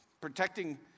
protecting